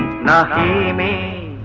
ah niaa um a